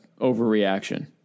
overreaction